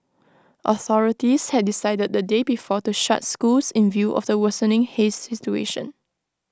authorities had decided the day before to shut schools in view of the worsening haze situation